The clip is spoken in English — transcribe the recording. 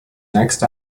next